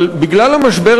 אבל בגלל המשבר,